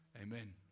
Amen